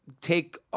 take